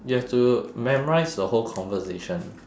you have to memorise the whole conversation